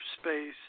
space